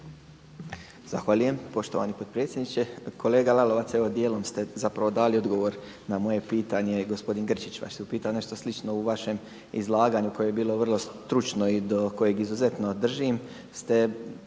Zahvaljujem poštovani potpredsjedniče. Kolega Lalovac evo dijelom ste zapravo dali odgovor na moje pitanje, gospodin Grčić vas je upitao nešto slično u vašem izlaganju koje je bilo vrlo stručno i do kojeg izuzetno držim